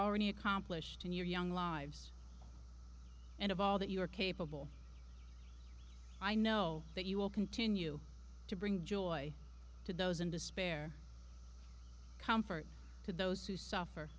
already accomplished in your young lives and of all that you are capable of i know that you will continue to bring joy to those in despair comfort to those who suffer